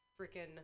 freaking